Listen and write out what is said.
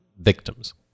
victims